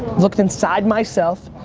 looked inside myself,